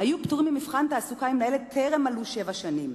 היו פטורים ממבחן תעסוקה אם לילד טרם מלאו שבע שנים.